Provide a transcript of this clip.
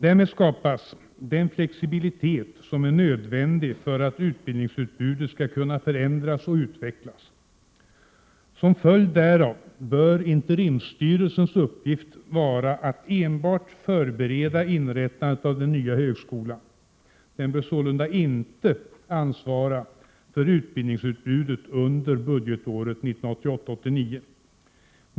Därmed skapas den flexibilitet som är nödvändig för att utbildningsutbudet skall kunna förändras och utvecklas. Som följd därav bör interimsstyrelsens uppgift vara att enbart förbereda inrättandet av den nya högskolan. Den bör sålunda inte ansvara för utbildningsutbudet under budgetåret 1988/89.